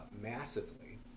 massively